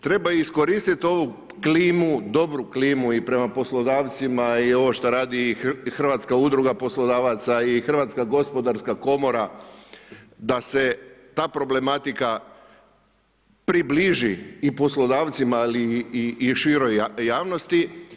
Treba iskoristit ovu klimu, dobru klimu i prema poslodavcima i ovo što radi Hrvatska udruga poslodavaca i Hrvatska gospodarska komora da se ta problematika približi i poslodavcima, ali i široj javnosti.